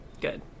Good